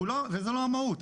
וזה לא המהות,